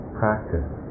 practice